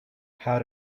how